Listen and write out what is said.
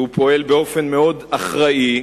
שהוא פועל באופן מאוד אחראי,